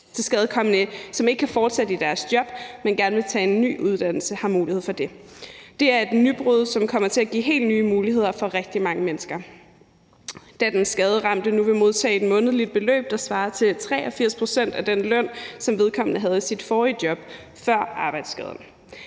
tilskadekomne, som ikke kan fortsætte i deres job, men gerne vil tage en ny uddannelse, har mulighed for det. Det er et nybrud, som kommer til at give helt nye muligheder for rigtig mange mennesker, da den skaderamte nu vil modtage et månedligt beløb, der svarer til 83 pct. af den løn, som vedkommende havde i sit forrige job før arbejdsskaden.